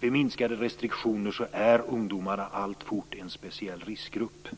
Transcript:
Vid minskade restriktioner är ungdomarna alltfort en speciell riskgrupp.